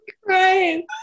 Christ